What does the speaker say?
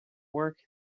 work